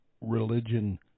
religion